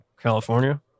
California